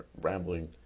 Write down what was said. rambling